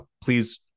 please